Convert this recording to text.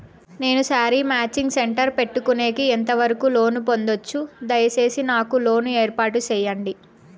నేను sari matching centre పెట్టుకునేకి ఎంత వరకు లోను పొందొచ్చు? దయసేసి నాకు లోను ఏర్పాటు సేయండి?